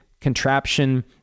contraption